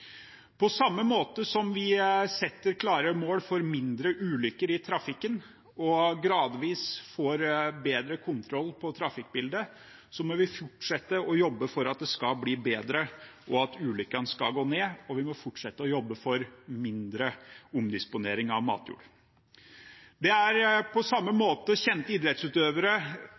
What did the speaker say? På samme måte som vi setter klare mål for færre ulykker i trafikken og gradvis får bedre kontroll på trafikkbildet, må vi fortsette å jobbe for at det skal bli bedre, og for at ulykkene skal gå ned, og vi må fortsette å jobbe for mindre omdisponering av matjord. Det er på samme måte kjente idrettsutøvere